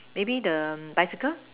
maybe the bicycle